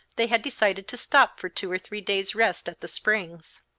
they had decided to stop for two or three days' rest at the springs.